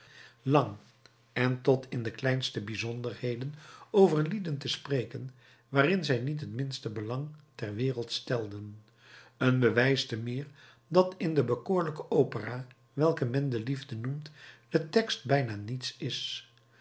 lang en tot in de kleinste bijzonderheden over lieden te spreken waarin zij niet het minste belang ter wereld stelden een bewijs te meer dat in de bekoorlijke opera welke men de liefde noemt de tekst bijna niets is